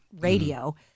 radio